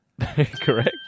Correct